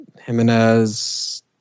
Jimenez